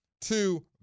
two